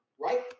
Right